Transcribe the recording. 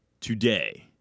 today